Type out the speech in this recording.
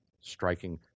striking